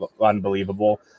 unbelievable